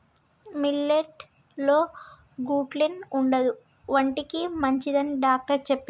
millet లో gluten ఉండదు ఒంటికి మంచిదని డాక్టర్ చెప్పిండు